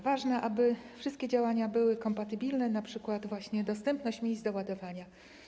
Ważne, aby wszystkie działania były kompatybilne, np. dostępność miejsc do ładowania.